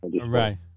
Right